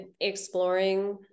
exploring